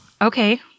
Okay